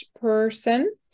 person